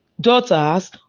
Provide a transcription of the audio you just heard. daughters